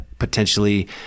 potentially